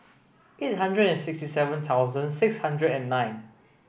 eight hundred and sixty seven thousand six hundred and nine